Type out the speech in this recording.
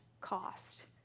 cost